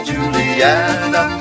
Juliana